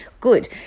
Good